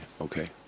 okay